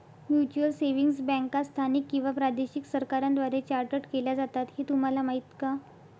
Mutual savings बँका स्थानिक किंवा प्रादेशिक सरकारांद्वारे चार्टर्ड केल्या जातात हे तुम्हाला माहीत का?